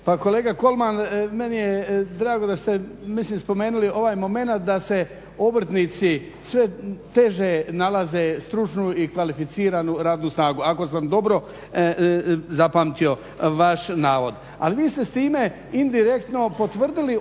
Pa kolega Kolman, meni je drago da ste spomenuli ovaj moment da obrtnici sve teže nalaze stručnu i kvalificiranu radnu snagu, ako sam dobro zapamtio vaš navod. Ali vi ste s time indirektno potvrdili ono